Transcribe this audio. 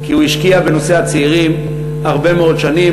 כי הוא השקיע בנושא הצעירים הרבה מאוד שנים,